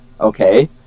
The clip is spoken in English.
Okay